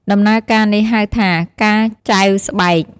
ដំណើរការនេះហៅថា "ការចែវស្បែក"។